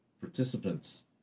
participants